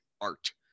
art